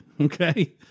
okay